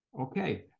Okay